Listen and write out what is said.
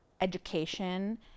education